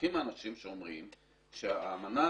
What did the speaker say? צודקים האנשים שאומרים שהאמנה,